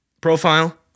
Profile